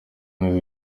neza